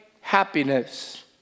happiness